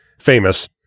famous